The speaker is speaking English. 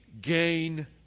gain